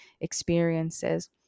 experiences